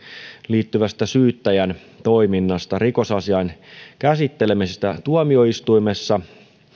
liittyvästä syyttäjän toiminnasta rikosasiain käsittelemisestä tuomioistuimessa